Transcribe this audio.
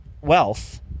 wealth